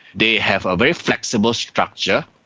they have a very flexible structure,